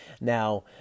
Now